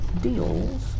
deals